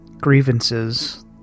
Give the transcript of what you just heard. grievances